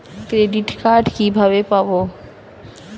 Credit card কিভাবে পাব?